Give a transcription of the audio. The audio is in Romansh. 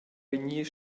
vegnir